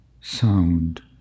sound